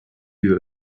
you